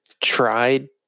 tried